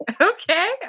Okay